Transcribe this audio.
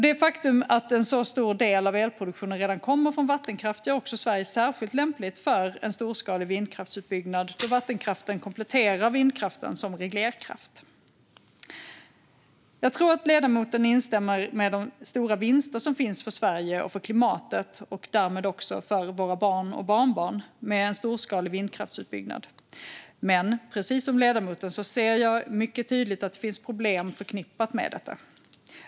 Det faktum att en så stor del av elproduktionen redan kommer från vattenkraft gör också Sverige särskilt lämpligt för en storskalig vindkraftsutbyggnad, då vattenkraften kompletterar vindkraften som reglerkraft. Jag tror att ledamoten instämmer när det gäller de stora vinster som finns för Sverige och för klimatet, och därmed också för våra barn och barnbarn, med en storskalig vindkraftsutbyggnad. Men precis som ledamoten ser jag mycket tydligt att det finns problem förknippade med detta.